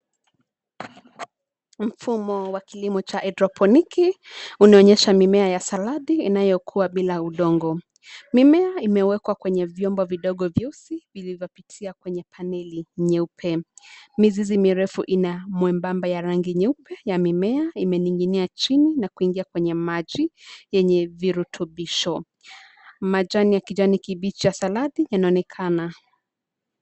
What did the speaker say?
Mfumo wa kilimo cha hydroponiki, unaonyesha mimea ya saladi, inayokuwa bila udongo. Mimea imewekwa kwenye vyombo vidogo vieusi, vilivyopitia kwenye paneli nyeupe. Mizizi mirefu ina mwembamba ya rangi nyeupe, ya mimea, imening'inia chini, na kuingia kwenye maji yenye virutubisho. Majani ya kijani kibichi ya saladi, yanaonekana.